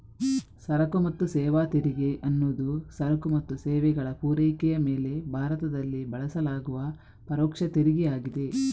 ಸರಕು ಮತ್ತು ಸೇವಾ ತೆರಿಗೆ ಅನ್ನುದು ಸರಕು ಮತ್ತು ಸೇವೆಗಳ ಪೂರೈಕೆಯ ಮೇಲೆ ಭಾರತದಲ್ಲಿ ಬಳಸಲಾಗುವ ಪರೋಕ್ಷ ತೆರಿಗೆ ಆಗಿದೆ